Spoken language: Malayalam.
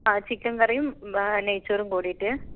ആ ചിക്കൻക്കറിയും നെയ്ച്ചോറും കൂടിയിട്ട്